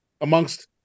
amongst